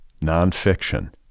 Nonfiction